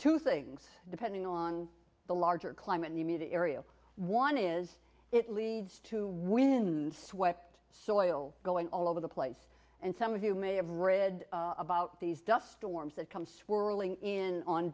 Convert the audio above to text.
two things depending on the larger climate in the immediate area one is it leads to swept soil going all over the place and some of you may have read about these dust storms that come swirling in